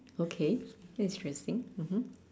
okay that's a strange thing mmhmm